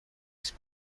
است